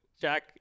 Jack